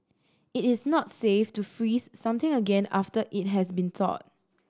it is not safe to freeze something again after it has been thawed